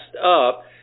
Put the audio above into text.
up